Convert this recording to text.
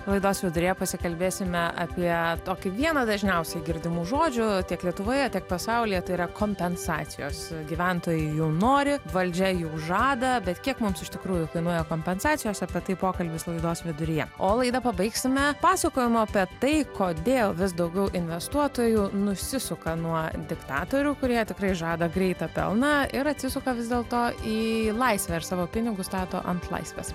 laidos viduryje pasikalbėsime apie tokį vieną dažniausiai girdimų žodžių tiek lietuvoje tiek pasaulyje tai yra kompensacijos gyventojai jų nori valdžia jų žada bet kiek mums iš tikrųjų kainuoja kompensacijos apie tai pokalbis laidos viduryje o laida pabaigsime pasakojimų apie tai kodėl vis daugiau investuotojų nusisuka nuo diktatorių kurie tikrai žada greitą pelną ir atsisuka vis dėlto į laisvę ir savo pinigus stato ant laisvės